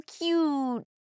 cute